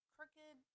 Crooked